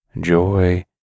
joy